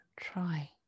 try